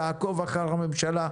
תעקוב אחר הממשלה,